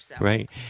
Right